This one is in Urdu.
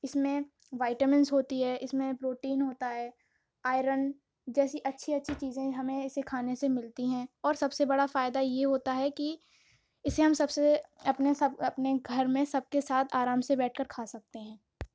اس میں وائٹمینس ہوتی ہے اس میں پروٹین ہوتا ہے آئرن جیسی اچھی اچھی چیزیں ہمیں اسے کھانے سے ملتی ہیں اور سب سے بڑا فائدہ یہ ہوتا ہے کہ اسے ہم سب سے اپنے سب اپنے گھر میں سب کے ساتھ آرام سے بیٹھ کر کھا سکتے ہیں